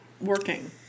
working